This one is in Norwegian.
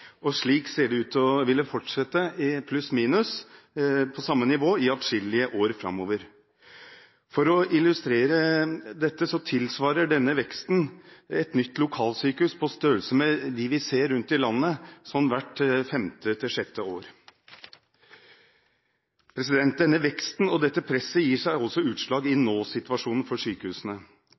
og slik ser det ut til å ville fortsette – pluss-minus på samme nivå – i adskillige år framover. For å illustrere dette tilsvarer denne veksten et nytt lokalsykehus på størrelse med dem vi ser rundt i landet hvert femte til sjette år. Denne veksten og dette presset gir seg også utslag i nåsituasjonen for sykehusene.